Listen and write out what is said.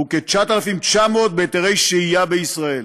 וכ-9,900, בהיתרי שהייה בישראל.